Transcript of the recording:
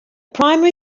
primary